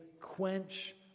quench